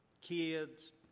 kids